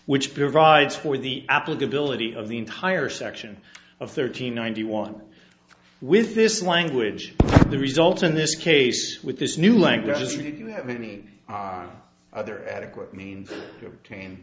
which provides for the applicability of the entire section of thirteen ninety one with this language the result in this case with this new language as you do have many other adequate means obtain